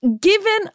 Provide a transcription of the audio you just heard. given